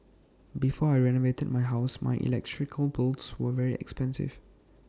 before I renovated my house my electrical bills were very expensive